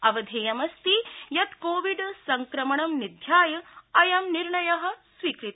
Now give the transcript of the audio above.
अवधेयम अस्ति यत् कोविड संक्रमणं निध्याय अयं निर्णय स्वीकृत